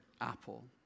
apple